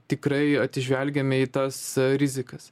tikrai atsižvelgiame į tas rizikas